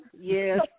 yes